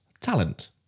talent